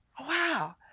wow